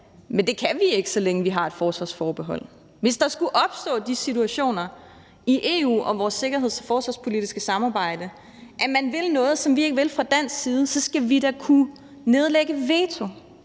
men det kan vi ikke, så længe vi har et forsvarsforbehold. Hvis der skulle opstå de situationer i EU om vores sikkerheds- og forsvarspolitiske samarbejde, at man vil noget, som vi ikke vil fra dansk side, så skal vi da kunne nedlægge veto